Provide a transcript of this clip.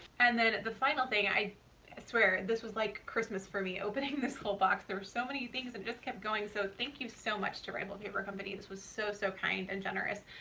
and then the final thing, i swear this was like christmas for me opening this whole box. there were so many things that just kept going, so thank you so much to rifle paper company! this was so, so kind and generous.